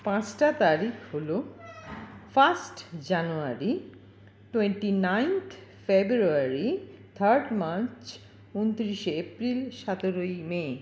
পাঁচটা তারিখ হল first January twenty ninth February third March উনত্রিশে এপ্রিল সতেরোই মে